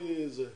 אין בעיה.